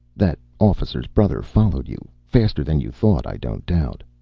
that officer's brother followed you faster than you thought, i don't doubt.